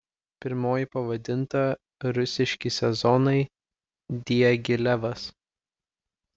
pirmoji pavadinta rusiški sezonai diagilevas